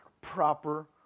proper